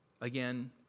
Again